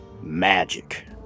Magic